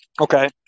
Okay